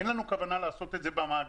אין לנו כוונה לעשות את זה במעגנה,